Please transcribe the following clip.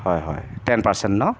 হয় হয় ten percent ন